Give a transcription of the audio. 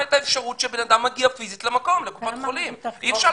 וזו גם הייתה ההסכמה מול יושב ראש איגוד